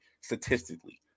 statistically